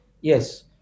Yes